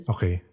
Okay